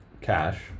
cash